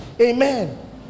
Amen